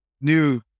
new